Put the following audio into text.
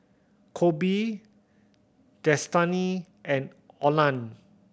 Kobe Destany and Olan